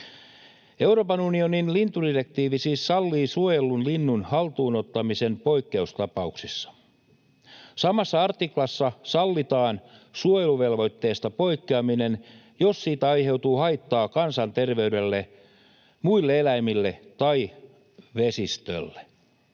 Euroopan unionin lintudirektiivi siis sallii suojellun linnun haltuun ottamisen poikkeustapauksissa. Samassa artiklassa sallitaan suojeluvelvoitteesta poikkeaminen, jos lajista aiheutuu haittaa kansanterveydelle, muille eläimille tai vesistölle.